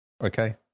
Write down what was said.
Okay